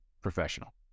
professional